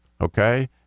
okay